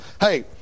hey